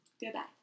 Goodbye